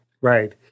Right